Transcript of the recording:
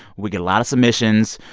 we get a lot of submissions.